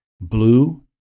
Blue